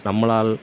நம்மளால்